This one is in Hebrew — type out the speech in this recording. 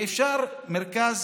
אפשר לתת למרכז